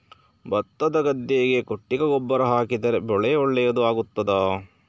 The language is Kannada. ಭತ್ತದ ಗದ್ದೆಗೆ ಕೊಟ್ಟಿಗೆ ಗೊಬ್ಬರ ಹಾಕಿದರೆ ಬೆಳೆ ಒಳ್ಳೆಯದು ಆಗುತ್ತದಾ?